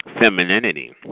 femininity